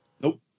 Nope